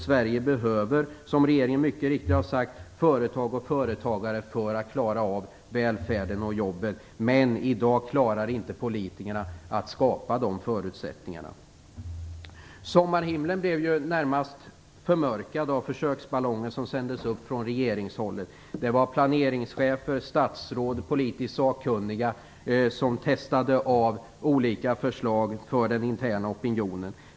Sverige behöver, som regeringen mycket riktigt har sagt, företag och företagare för att klara välfärden och jobben. Men i dag klarar politikerna inte att skapa de förutsättningarna. Sommarhimlen blev närmast förmörkad av försöksballonger som sändes upp från regeringshåll. Det var planeringschefer, statsråd och politiskt sakkunniga som testade olika förslag för den interna opinionen.